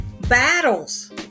battles